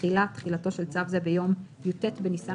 תחילה 8. תחילתו של צו זה ביום י"ט בניסן